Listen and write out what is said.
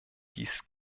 dies